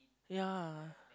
ya